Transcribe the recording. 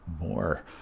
More